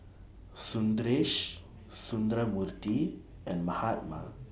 Sundaresh Sundramoorthy and Mahatma